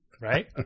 Right